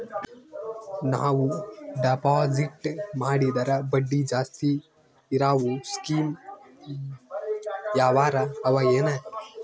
ನಾವು ಡೆಪಾಜಿಟ್ ಮಾಡಿದರ ಬಡ್ಡಿ ಜಾಸ್ತಿ ಇರವು ಸ್ಕೀಮ ಯಾವಾರ ಅವ ಏನ?